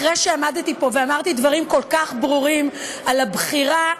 אחרי שעמדתי פה ואמרתי דברים כל כך ברורים על הבחירה,